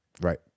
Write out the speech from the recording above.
Right